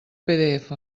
pdf